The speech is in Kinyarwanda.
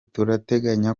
turateganya